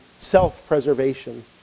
self-preservation